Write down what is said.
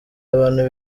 abantu